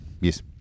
Yes